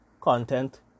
content